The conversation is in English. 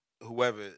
whoever